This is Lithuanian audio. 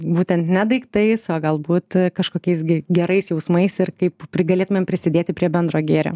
būtent ne daiktais o galbūt kažkokiais gi gerais jausmais ir kaip ir galėtumėm prisidėti prie bendro gėrio